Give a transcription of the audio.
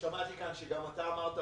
שמעתי שגם אתה אמרת,